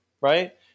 right